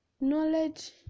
knowledge